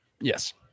Yes